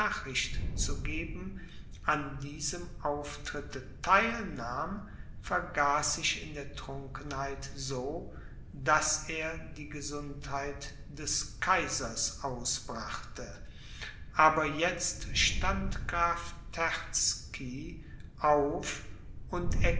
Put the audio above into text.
nachricht zu geben an diesem auftritte theil nahm vergaß sich in der trunkenheit so daß er die gesundheit des kaisers ausbrachte aber jetzt stand graf terzky auf und